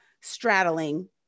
straddling